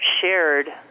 shared